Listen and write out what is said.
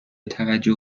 توجه